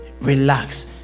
relax